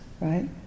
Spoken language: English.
right